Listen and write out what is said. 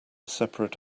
separate